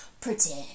pretend